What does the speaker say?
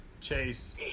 Chase